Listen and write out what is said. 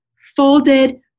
folded